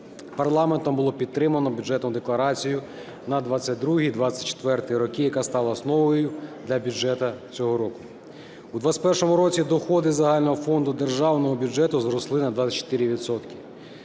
парламентом було підтримано Бюджетну декларацію на 2022-2024 роки, яка стала основою для бюджету цього року. У 2021 році доходи загального